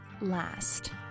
Last